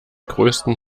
größten